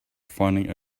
finding